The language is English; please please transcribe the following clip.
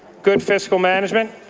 good fiscal management?